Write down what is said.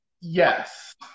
yes